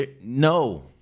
no